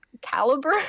caliber